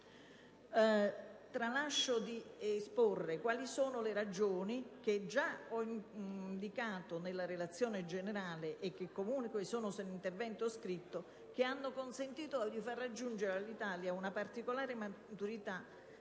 Tralascio di esporre quali sono le ragioni, che già ho indicato nella discussione generale e che comunque sono nell'intervento scritto, che hanno consentito di far raggiungere all'Italia una particolare maturità